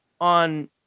on